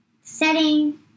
setting